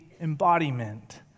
embodiment